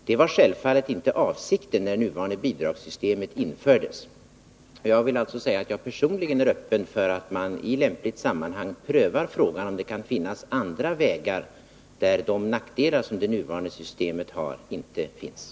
Detta var självfallet inte avsikten när det nuvarande bidragssystemet infördes. Jag vill alltså säga att jag personligen är öppen för att i lämpligt sammanhang pröva frågan, om det kan finnas andra vägar, som innebär att man kommer ifrån det nuvarande systemets nackdelar.